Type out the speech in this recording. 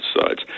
sides